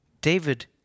David